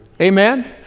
Amen